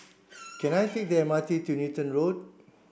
can I take the M R T to Newton Road